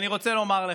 אני רוצה לומר לך,